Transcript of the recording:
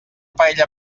paella